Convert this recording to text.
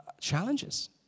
challenges